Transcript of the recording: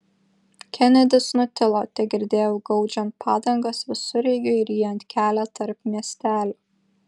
kenedis nutilo tegirdėjau gaudžiant padangas visureigiui ryjant kelią tarp miestelių